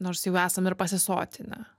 nors jau esam ir pasisotinę